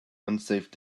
unsafe